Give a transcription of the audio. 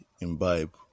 imbibe